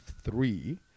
three